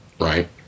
right